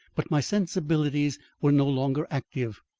but my sensibilities were no longer active.